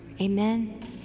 amen